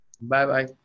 bye-bye